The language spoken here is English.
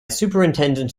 superintendent